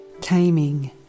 Taming